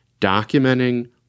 documenting